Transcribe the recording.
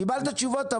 קיבלת תשובות.